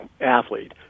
athlete